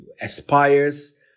aspires